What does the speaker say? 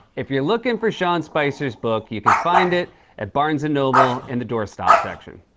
if you're looking for sean spicer's book, you can find it at barnes and noble in the door stop section.